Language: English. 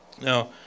Now